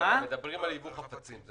מדברים על ייבוא חפצים.